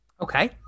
Okay